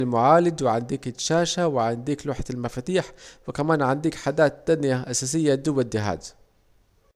عنديك المعالج وعنديك الشاشة وعنديك لوحة المفاتيح وكمان عنديك حادات تانية أساسية دوه الدهاز